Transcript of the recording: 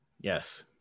yes